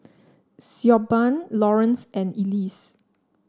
Siobhan Lawrance and Elise